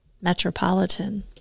metropolitan